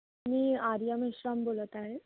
मी आर्या मेश्राम बोलत आहे